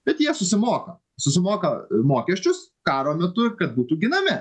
bet jie susimoka susimoka mokesčius karo metu ir kad būtų ginami